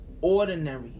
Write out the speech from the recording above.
ordinary